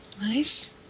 Nice